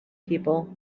people